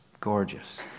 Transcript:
gorgeous